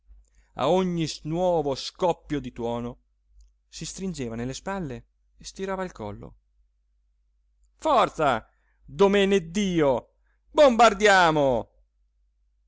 a ogni nuovo scoppio di tuono si stringeva nelle spalle e stirava il collo forza domineddio bombardiamo gli